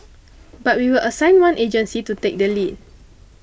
but we will assign one agency to take the lead